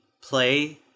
play